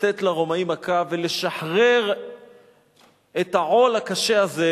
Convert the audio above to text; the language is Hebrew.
לתת לרומאים מכה ולשחרר את העול הקשה הזה,